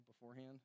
beforehand